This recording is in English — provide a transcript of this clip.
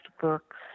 books